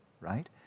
right